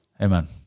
Amen